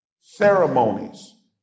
ceremonies